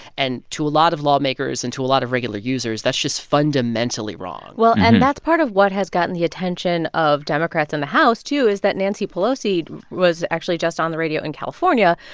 and to a lot of lawmakers and to a lot of regular users, that's just fundamentally wrong well and that's part of what has gotten the attention of democrats in the house too is that nancy pelosi was actually just on the radio in california,